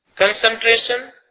concentration